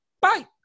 Bye